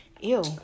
ew